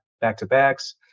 back-to-backs